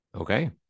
Okay